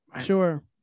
Sure